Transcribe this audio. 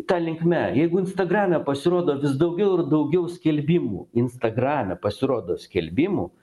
ta linkme jeigu instagrame pasirodo vis daugiau ir daugiau skelbimų instagrame pasirodo skelbimų